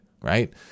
right